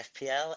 FPL